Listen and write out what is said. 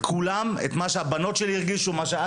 כמה עולה לבקר שם?